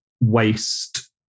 waste